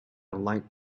light